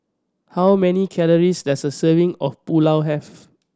how many calories does a serving of Pulao have